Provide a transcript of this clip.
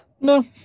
No